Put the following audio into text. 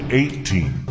eighteen